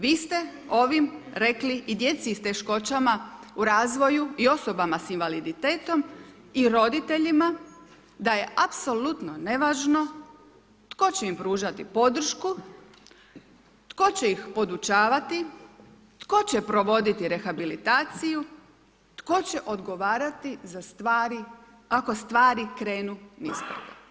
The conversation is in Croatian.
Vi ste ovim rekli i djeci s teškoćama u razvoju i osobama s invaliditetom i roditeljima da je apsolutno nevažno tko će im pružati podršku, tko će ih podučavati, tko će provoditi rehabilitaciju, tko će odgovarati za stvari ako stvari krenu nizbrdo.